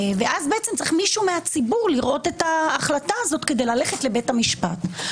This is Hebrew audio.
ואז צריך מישהו מהציבור לראות את ההחלטה הזאת כדי ללכת לבית המשפט.